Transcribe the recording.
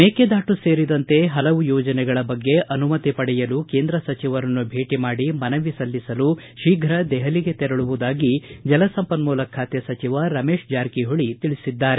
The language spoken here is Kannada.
ಮೇಕೆದಾಟು ಸೇರಿದಂತೆ ಹಲವು ಯೋಜನೆಗಳ ಬಗ್ಗೆ ಅನುಮತಿ ಪಡೆಯಲು ಕೇಂದ್ರ ಸಚಿವರನ್ನು ಭೇಟಿ ಮಾಡಿ ಮನವಿ ಸಲ್ಲಿಸಲು ಶೀಘ್ರ ದೆಹಲಿಗೆ ತೆರಳುವುದಾಗಿ ಜಲಸಂಪನ್ನೂಲ ಖಾತೆ ಸಚಿವ ರಮೇಶ್ ಜಾರಕಿಹೊಳಿ ತಿಳಿಸಿದ್ದಾರೆ